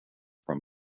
from